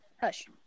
hush